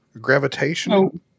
Gravitational